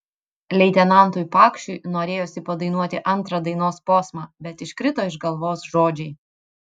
leitenantui pakšiui norėjosi padainuoti antrą dainos posmą bet iškrito iš galvos žodžiai